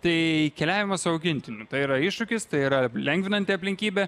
tai keliavimas su augintiniu tai yra iššūkis tai yra lengvinanti aplinkybė